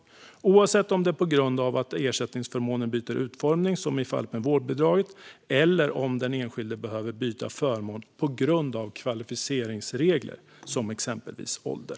Det gäller oavsett om det är på grund av att ersättningsförmåner byter utformning, som i fallet med vårdbidraget, eller om den enskilde behöver byta förmån på grund av kvalificeringsregler, exempelvis ålder.